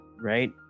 right